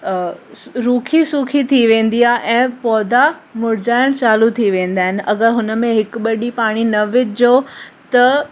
रूखी सूखी थी वेंदी आहे ऐं पौधा मुरझाइणु चालू थी वेंदा आहिनि अगरि हुनमें हिकु ॿ ॾींहुं पाणी न विझिजो त